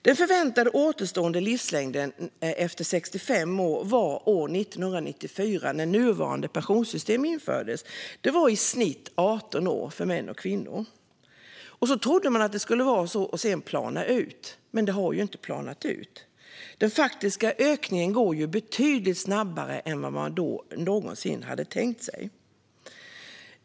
Den förväntade återstående livslängden efter 65 års ålder var 1994, när nuvarande pensionssystem infördes, i snitt 18 år för män och kvinnor. Man trodde att det skulle vara så och sedan plana ut, men det har det inte gjort. Den faktiska ökningen går betydligt snabbare än vad man någonsin hade tänkt sig.